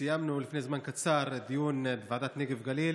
סיימנו לפני זמן קצר דיון בוועדת נגב-גליל